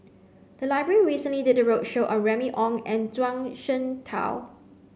the library recently did a roadshow on Remy Ong and Zhuang Shengtao